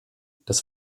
das